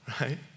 Right